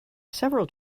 several